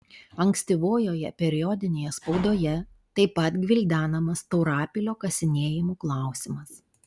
ankstyvojoje periodinėje spaudoje taip pat gvildenamas taurapilio kasinėjimų klausimas